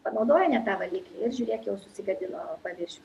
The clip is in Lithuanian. panaudoja ne tą valiklį ir žiūrėk jau susigadino paviršius